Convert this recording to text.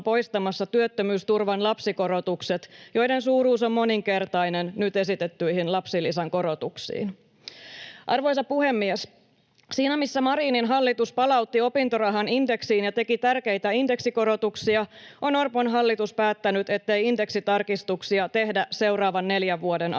poistamassa työttömyysturvan lapsikorotukset, joiden suuruus on moninkertainen nyt esitettyihin lapsilisän korotuksiin nähden. Arvoisa puhemies! Siinä, missä Marinin hallitus palautti opintorahan indeksiin ja teki tärkeitä indeksikorotuksia, on Orpon hallitus päättänyt, ettei indeksitarkistuksia tehdä seuraavan neljän vuoden aikana.